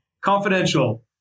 confidential